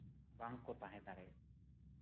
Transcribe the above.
ᱵᱟᱝ ᱠᱚ ᱛᱟᱦᱮᱸ ᱫᱟᱲᱮᱭᱟᱜᱼᱟ